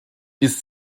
ist